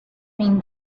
mean